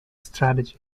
strategy